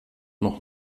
noch